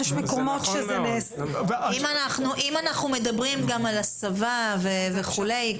אנחנו מדברים גם על הסבה וכולי,